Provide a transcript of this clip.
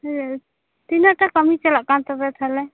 ᱦᱮᱻ ᱛᱤᱱᱟ ᱜ ᱴᱟ ᱠᱟ ᱢᱤ ᱪᱟᱞᱟᱜ ᱠᱟᱱ ᱛᱟᱯᱮᱭᱟ ᱛᱟᱦᱚᱞᱮ